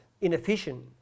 inefficient